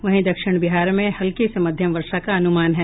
वहीं दक्षिण बिहार में हल्की से मध्यम वर्षा का अनुमान है